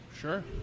Sure